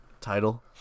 Title